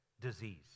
disease